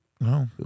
No